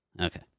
Okay